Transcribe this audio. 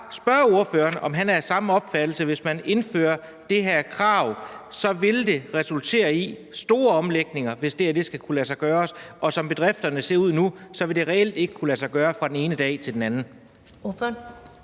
spørge ordføreren, om han er af samme opfattelse, altså at hvis man indfører det her krav, vil det resultere i store omlægninger, for at det her skal kunne lade sig gøre, og som bedrifterne ser ud nu, vil det reelt ikke kunne lade sig gøre fra den ene dag til den anden. Kl.